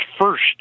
first